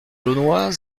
launois